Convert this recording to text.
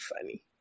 funny